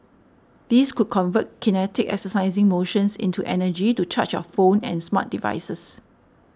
these could convert kinetic exercising motions into energy to charge your phones and smart devices